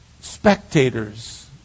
spectators